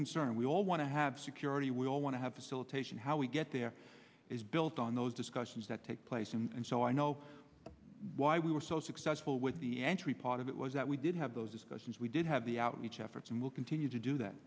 concern and we all want to have security we all want to have to siltation how we get there it's built on those discussions that take place and so i know why we were so successful with the entry part of it was that we did have those discussions we did have the outreach efforts and we'll continue to do that